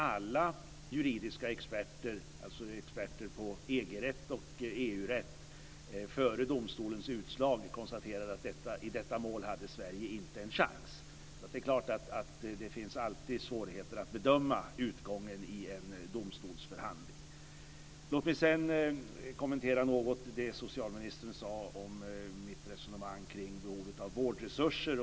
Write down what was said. Alla juridiska experter, dvs. experter på EG-rätt och EU-rätt, konstaterade före domstolens utslag att i detta mål hade Sverige inte en chans. Det finns förstås alltid svårigheter med att bedöma utgången i en domstolsförhandling. Låt mig sedan något kommentera det som socialministern sade om mitt resonemang kring behovet av vårdresurser.